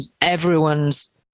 everyone's